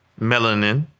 melanin